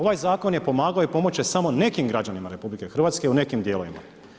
Ovaj zakon je pomagao i pomoći će samo nekim građanima RH u nekim dijelovima.